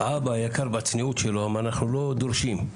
האבא היקר בצניעות שלו אמר, אנחנו לא דורשים.